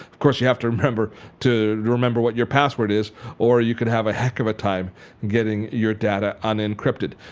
of course, you have to remember to remember what your password is or you could have a heck of a time getting your data unencrypted.